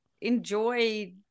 enjoy